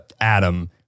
Adam